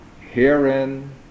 Herein